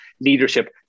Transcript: leadership